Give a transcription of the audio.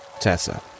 Tessa